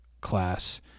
class